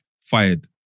fired